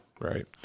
right